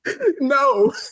No